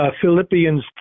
Philippians